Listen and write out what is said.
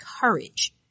courage